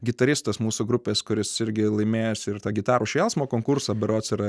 gitaristas mūsų grupės kuris irgi laimėjęs ir tą gitarų šėlsmo konkursą berods yra